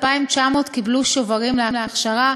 2,900 קיבלו שוברים להכשרה.